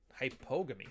Hypogamy